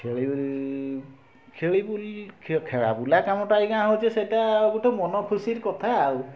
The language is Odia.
ଖେଳି ଖେଳି ଖେଳାବୁଲା କାମଟା ଆଜ୍ଞା ହେଉଛି ସେଇଟା ଗୋଟିଏ ମନ ଖୁସି କଥା ଆଉ